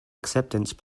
acceptance